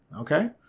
ok?